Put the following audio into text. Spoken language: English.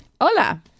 Hola